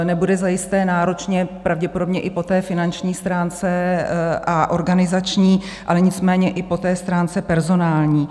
Nebude zajisté náročné pravděpodobně i po finanční stránce a organizační, nicméně ale i po stránce personální.